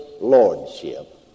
lordship